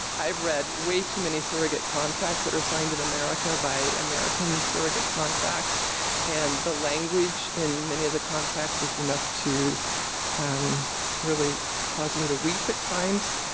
i've read way too many surrogate contracts that are signed in america by american surrogate contracts and the language in many of the contracts is enough to really cause me to weep at times.